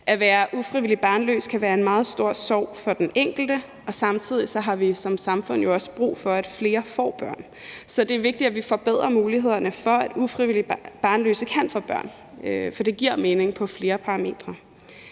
At være ufrivilligt barnløs kan være en meget stor sorg for den enkelte, og samtidig har vi som samfund jo også brug for, at flere får børn. Så det er vigtigt, at vi forbedrer mulighederne for, at ufrivilligt barnløse kan få børn, for det giver mening på flere parametre.